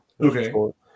Okay